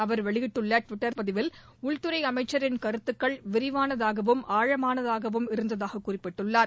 அவர் வெளியிட்டுள்ள டுவிட்டர் பதிவில் உள்துறை அமைச்சின் கருத்துக்கள் விரிவானதாகவும் ஆழமானதாகவும் இருந்ததாக குறிப்பிட்டுள்ளார்